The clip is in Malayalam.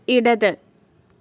ഇടത്